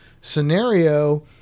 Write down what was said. scenario